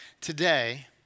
Today